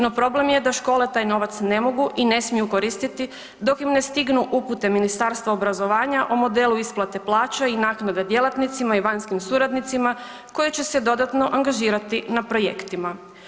No problem je da škole taj novac ne mogu i ne smiju koristiti dok im ne stignu upute Ministarstva obrazovanja o modelu isplate plaća i naknade djelatnicima i vanjskim suradnicima koje će se dodatno angažirati na projektima.